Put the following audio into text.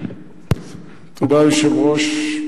היושב-ראש,